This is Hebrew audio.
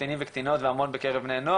קטינים וקטינות והמון בקרב בני נוער